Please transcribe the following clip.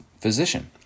physician